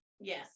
Yes